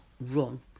run